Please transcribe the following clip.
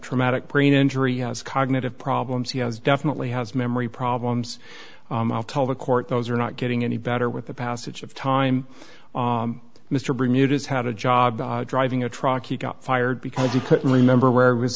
traumatic brain injury has cognitive problems he has definitely has memory problems tell the court those are not getting any better with the passage of time mr bringuier does have a job driving a truck he got fired because he couldn't remember where it was